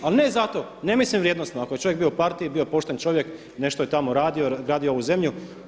Ali ne zato ne mislim vrijednosno ako je čovjek bio u partiji, bio pošten čovjek, nešto je tamo radio, gradio ovu zemlju.